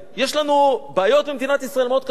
יש לנו במדינת ישראל בעיות מאוד קשות,